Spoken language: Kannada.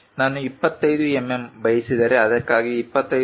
ನಾನು 25 ಎಂಎಂ ಬಯಸಿದರೆ ಅದಕ್ಕಾಗಿ 25